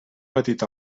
petit